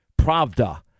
Pravda